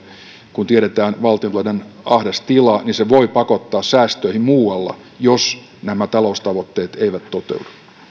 kun tiedetään valtiontalouden ahdas tila niin se voi pakottaa säästöihin muualla jos nämä taloustavoitteet eivät toteudu